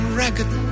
ragged